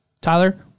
Tyler